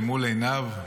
למול עינב.